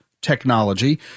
technology